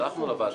שלחנו לוועדה.